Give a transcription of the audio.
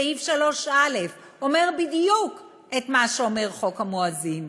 בסעיף 3א אומר בדיוק את מה שאומר חוק המואזין,